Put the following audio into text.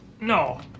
no